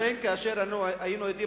לכן, כשהיינו עדים